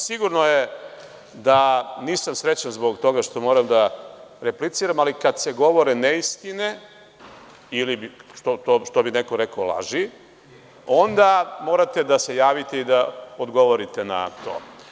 Sigurno je da nisam srećan zbog toga što moram da repliciram, ali kad se govore neistine, ili, što bi neko rekao, laži, onda morate da se javite i da odgovorite na to.